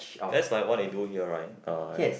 that's like what they do here right uh